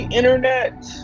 Internet